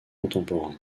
contemporains